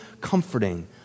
comforting